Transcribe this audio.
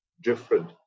different